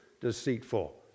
deceitful